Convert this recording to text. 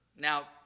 Now